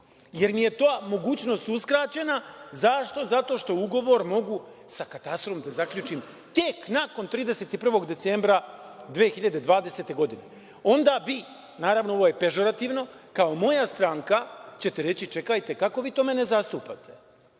jer mi je ta mogućnost uskraćena. Zašto? Zato što ugovor mogu sa Katastrom da zaključim tek nakon 31. decembra 2020. godine. Onda bi, naravno, ovo je pežorativno, kao moja stranka, ćete reći - čekajte, kako vi to mene zastupate?